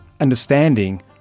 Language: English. understanding